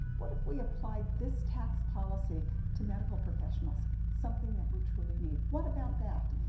what if we applied this tax policy to medical professionals, something that we truly need. what about that?